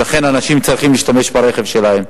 ולכן אנשים צריכים להשתמש ברכב שלהם,